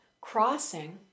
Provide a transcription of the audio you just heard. crossing